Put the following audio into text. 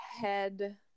head